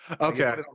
Okay